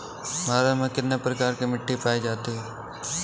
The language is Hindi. भारत में कितने प्रकार की मिट्टी पाई जाती है?